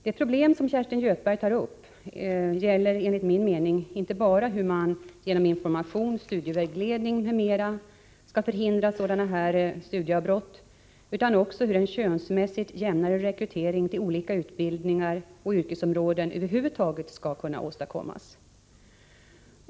Det problem som Kerstin Göthberg tar upp gäller, enligt min mening, inte bara hur man genom information, studievägledning m.m. skall förhindra sådana här studieavbrott utan också hur en könsmässigt jämnare rekrytering till olika utbildningar och yrkesområden över huvud taget skall kunna åstadkommas.